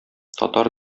татар